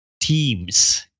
teams